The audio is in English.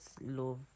love